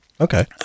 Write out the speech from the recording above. Okay